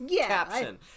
Caption